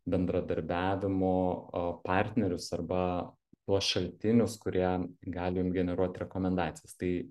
bendradarbiavimo a partnerius arba tuos šaltinius kurie gali jum generuot rekomendacijas tai